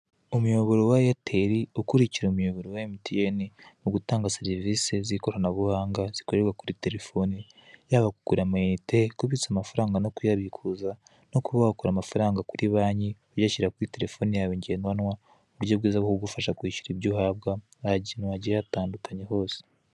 Umuyoboro wa Airtel ukurikira umuyoboro wa MTN mu gutanga serivise zikoranabuhanga zikorerwa kuri terefone yaba kugura amayinite, kubitsa amafaranga no kuyabikuza no kuba wakura amafaranga kuri banki uyashyira kuri terefone ngendanwa muburyo bwiza bwo kugufasha kwishyura ibyo uhabwa nta kibazo ahantu hose.